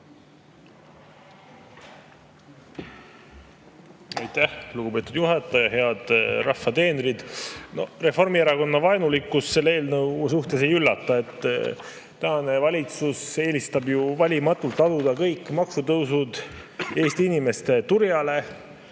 lugupeetud juhataja! Head rahva teenrid! Reformierakonna vaenulikkus selle eelnõu suhtes ei üllata. Tänane valitsus eelistab valimatult laduda kõik maksutõusud Eesti inimeste turjale: